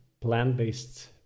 plant-based